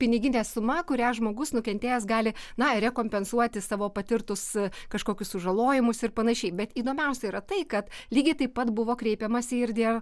piniginė suma kurią žmogus nukentėjęs gali na rekompensuoti savo patirtus kažkokius sužalojimus ir panašiai bet įdomiausia yra tai kad lygiai taip pat buvo kreipiamasi ir dėl